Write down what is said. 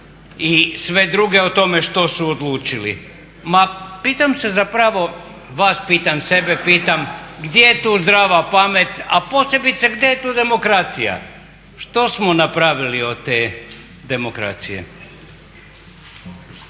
i sve druge o tome što su odlučili. Ma pitam se zapravo, pitam vas, pitam sebe pitam gdje je tu zdrava pamet, a posebice gdje je tu demokracija? Što smo napravili od te demokracije?